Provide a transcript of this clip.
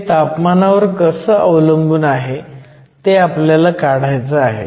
हे तापमानावर कसं अवलंबून आहे ते आपल्याला काढायचं आहे